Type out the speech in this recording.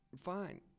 fine